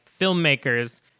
filmmakers